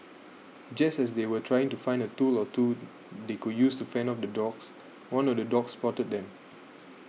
just as they were trying to find a tool or two they could use to fend off the dogs one of the dogs spotted them